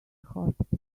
hospital